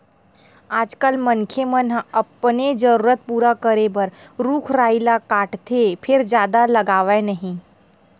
आजकाल मनखे मन ह अपने जरूरत पूरा करे बर रूख राई ल काटथे फेर जादा लगावय नहि